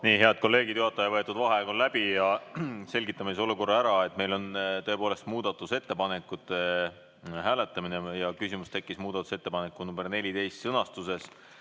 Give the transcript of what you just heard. e g Head kolleegid! Juhataja võetud vaheaeg on läbi ja selgitamise siis olukorra ära. Meil on muudatusettepanekute hääletamine ja küsimus tekkis muudatusettepaneku nr 14 sõnastuses.